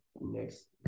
next